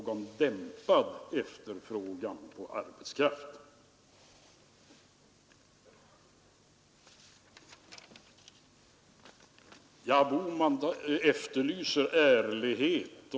Ogillar man båda de här vägarna, är det ju ganska besvärligt.